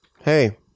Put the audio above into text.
Hey